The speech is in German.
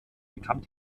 bekannt